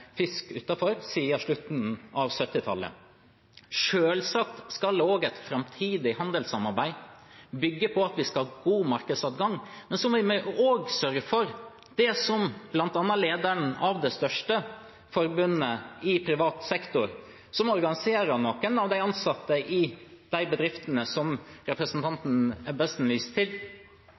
fisk utenfor, har vi hatt tollfri adgang til EU-markedet for alle industrivarer siden slutten av 1970-tallet. Selvsagt skal et framtidig handelssamarbeid bygge på at vi skal ha god markedsadgang, men vi må også sørge for det bl.a. lederen av det største forbundet i privat sektor er opptatt av, som organiserer noen av de ansatte i bedriftene som representanten Ebbesen viser til: